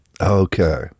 Okay